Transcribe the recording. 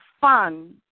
fun